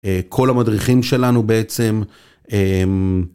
כל המדריכים שלנו בעצם.